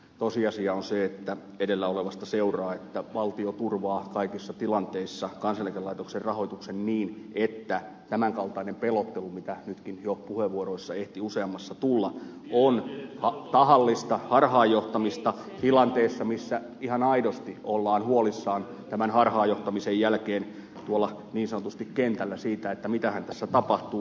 tosiasia on se että edellä olevasta seuraa että valtio turvaa kaikissa tilanteissa kansaneläkerahoituksen niin että tämän kaltainen pelottelu mitä nytkin jo ehti useammassa puheenvuoroissa tulla on tahallista harhaanjohtamista tilanteessa missä ihan aidosti ollaan huolissaan tämän harhaanjohtamisen jälkeen tuolla niin sanotusti kentällä siitä mitähän tässä tapahtuu